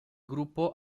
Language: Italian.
gruppo